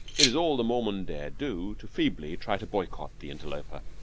it is all the mormon dare do to feebly try to boycott the interloper.